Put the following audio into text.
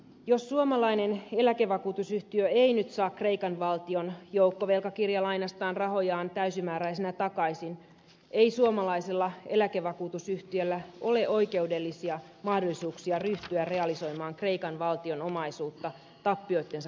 jos suomalainen eläkevakuutusyhtiö ei nyt saa kreikan valtion joukkovelkakirjalainastaan rahojaan täysimääräisinä takaisin ei suomalaisella eläkevakuutusyhtiöllä ole oikeudellisia mahdollisuuksia ryhtyä realisoimaan kreikan valtion omaisuutta tappioittensa katteeksi